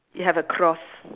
it have a cross